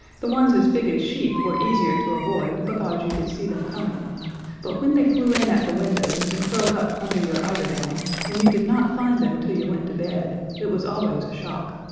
the ones as big as sheep were easier to avoid, because you could see them coming but when they flew in at the windows and curled up under your eiderdown, and you did not find them till you went to bed, it was always a shock.